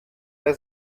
der